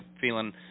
feeling